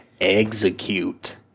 Execute